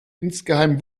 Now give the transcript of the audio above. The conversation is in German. insgeheim